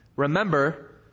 Remember